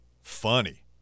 Funny